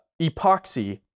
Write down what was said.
epoxy